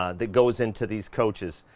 ah that goes into these coaches.